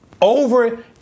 over